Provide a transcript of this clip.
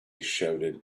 shouted